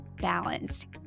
balanced